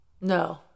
No